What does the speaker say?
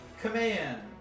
Command